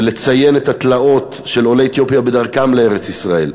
ולציין את התלאות של עולי אתיופיה בדרכם לארץ-ישראל,